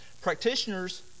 Practitioners